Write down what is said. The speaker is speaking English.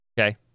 Okay